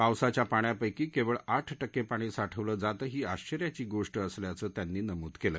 पावसाच्या पाण्यापैकी क्रिळ आठ टक्क प्राणी साठवलं जातं ही आश्वर्याची गोष्ट असल्याचं त्यांनी नमूद कले